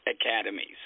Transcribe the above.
academies